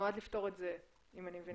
נועד לפתור את זה, אם אני מבינה?